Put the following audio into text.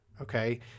okay